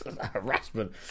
harassment